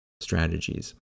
strategies